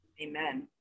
Amen